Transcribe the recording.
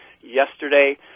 yesterday